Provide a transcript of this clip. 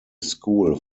school